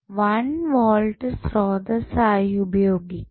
1 volt സ്രോതസ്സ് ആയി ഉപയോഗിക്കാം